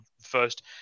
first